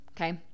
okay